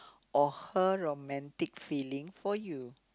or her romantic feeling for you